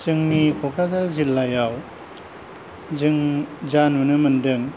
जोंनि क'क्राझार जिल्लायाव जों जा नुनो मोनदों